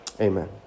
Amen